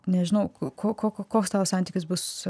nežinau ko ko koks tavo santykis bus